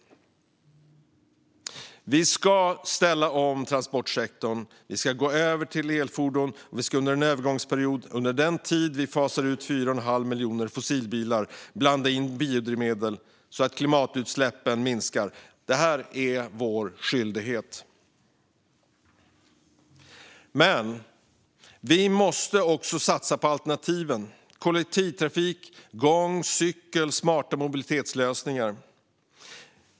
Vi ska ställa om transportsektorn. Vi ska gå över till elfordon. Vi ska under en övergångsperiod, under den tid vi fasar ut 4,5 miljoner fossilbilar, blanda in biodrivmedel så att klimatutsläppen minskar. Det är vår skyldighet. Men vi måste också satsa på alternativen, på kollektivtrafik, gång, cykling och smarta mobilitetslösningar.